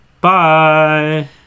Bye